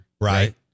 Right